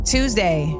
Tuesday